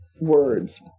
words